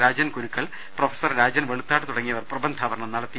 Rajan Gurukkal professor Rajan Veluthat തുടങ്ങിയവർ പ്രബന്ധാവതരണം നടത്തി